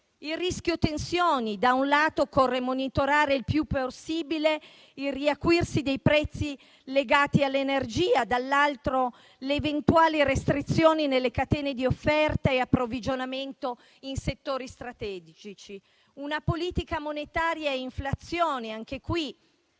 il rischio di tensioni, da un lato occorre monitorare il più possibile il riacuirsi dei prezzi legati all'energia, dall'altro le eventuali restrizioni nelle catene di offerta e approvvigionamento in settori strategici. Per quanto riguarda la politica monetaria e l'inflazione, anche qui